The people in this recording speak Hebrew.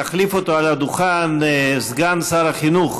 יחליף אותו על הדוכן סגן שר החינוך